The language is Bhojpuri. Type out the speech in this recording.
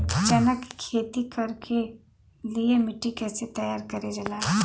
चना की खेती कर के लिए मिट्टी कैसे तैयार करें जाला?